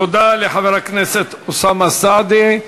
תודה לחבר הכנסת אוסאמה סעדי.